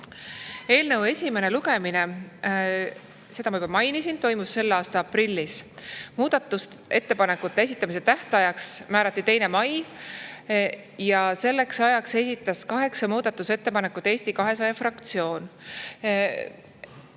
Eelnõu esimene lugemine, seda ma juba mainisin, toimus selle aasta aprillis. Muudatusettepanekute esitamise tähtajaks määrati 2. mai ja selleks ajaks esitas kaheksa muudatusettepanekut Eesti 200 fraktsioon.